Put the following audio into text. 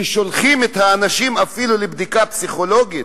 שולחים את האנשים אפילו לבדיקה פסיכולוגית.